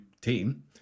team